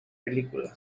película